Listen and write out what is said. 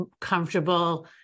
comfortable